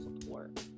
support